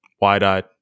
Wide-eyed